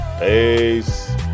peace